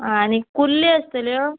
आ आनीक कुल्ल्यो आसतल्यो